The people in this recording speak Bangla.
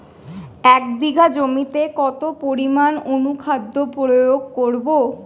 এক বিঘা জমিতে কতটা পরিমাণ অনুখাদ্য প্রয়োগ করব?